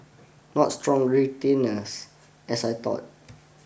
not strong retainers as I thought